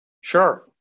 Sure